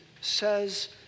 says